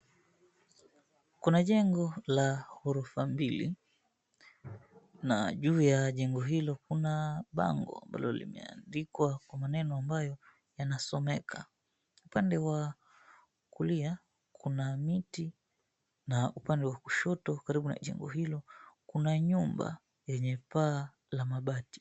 Kuna jengo la ghorofa mbili, na juu ya jengo hiyo kuna bango ambalo limeandikwa kwa maneno ambayo yanasomeka, upande wa kulia kuna miti, na upande wa kushoto karibu na jengo hilo kuna nyumba yenye paa la mabati.